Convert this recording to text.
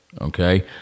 Okay